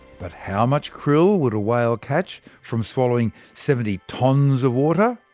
but how much krill would a whale catch from swallowing seventy tonnes of water?